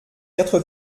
quatre